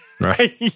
right